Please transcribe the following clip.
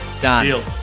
done